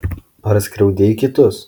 ar skriaudei kitus